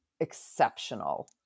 exceptional